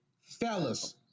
fellas